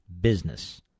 business